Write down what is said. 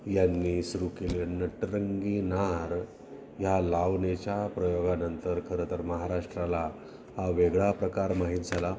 यांनी सुरू केले नटरंगी नार या लावणीच्या प्रयोगानंतर खरंं तर महाराष्ट्राला हा वेगळा प्रकार माहीत झाला